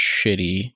shitty